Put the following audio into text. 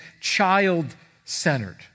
child-centered